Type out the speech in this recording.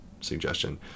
suggestion